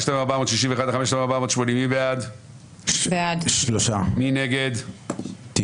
3 בעד, 8 נגד,